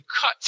cut